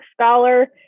scholar